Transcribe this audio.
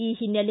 ಈ ಹಿನ್ನೆಲೆ